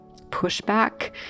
pushback